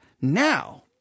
now